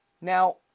Now